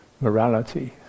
morality